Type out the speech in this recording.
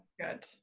Good